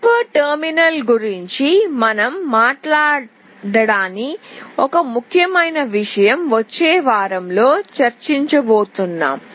hyper terminal గురించి మనం మాట్లాడని ఒక ముఖ్యమైన విషయం వచ్చే వారంలో చర్చించబోతున్నాం